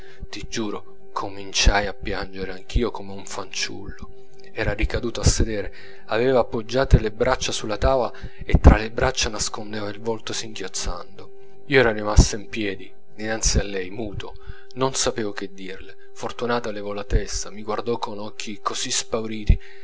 ti giuro cominciai a piangere anche io come un fanciullo ella ricaduta a sedere aveva poggiate le braccia sulla tavola e tra le braccia nascondeva il volto singhiozzando io era rimasto in piedi dinanzi a lei muto non sapevo che dirle fortunata levò la testa mi guardò con occhi così spauriti